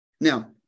Now